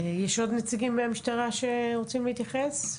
עוד נציגים מהמשטרה שרוצים להתייחס?